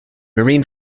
marine